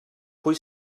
pwy